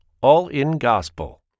all-in-gospel